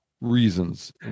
reasons